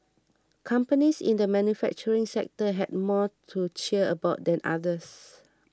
companies in the manufacturing sector had more to cheer about than others